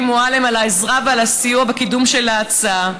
מועלם על העזרה והעל הסיוע בקידום של ההצעה.